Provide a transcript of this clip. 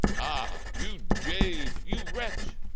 ah! you jade, you wretch!